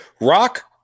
Rock